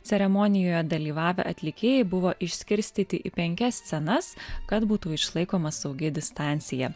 ceremonijoje dalyvavę atlikėjai buvo išskirstyti į penkias scenas kad būtų išlaikoma saugi distancija